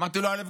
אמרתי לו: א.